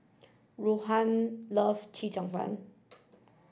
Ruthann love Chee Cheong Fun